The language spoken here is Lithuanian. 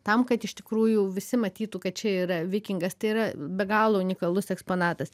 tam kad iš tikrųjų visi matytų kad čia yra vikingas tai yra be galo unikalus eksponatas